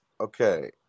Okay